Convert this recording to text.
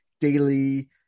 daily